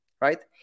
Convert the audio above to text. right